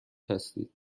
هستید